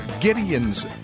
Gideon's